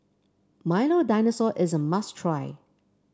Milo Dinosaur is a must try